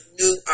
new